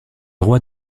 rois